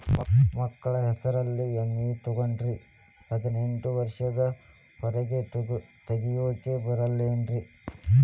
ಮಕ್ಕಳ ಹೆಸರಲ್ಲಿ ವಿಮೆ ತೊಗೊಂಡ್ರ ಹದಿನೆಂಟು ವರ್ಷದ ಒರೆಗೂ ತೆಗಿಯಾಕ ಬರಂಗಿಲ್ಲೇನ್ರಿ?